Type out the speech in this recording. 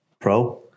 Pro